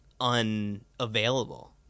unavailable